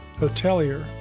hotelier